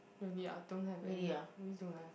really I don't have any really don't have